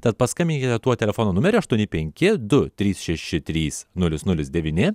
tad paskambinkite tuo telefono numeriu aštuoni penki du trys šeši trys nulis nulis devyni